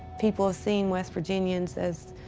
people have seen west virginians as.